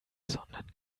sondern